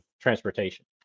transportation